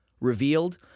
revealed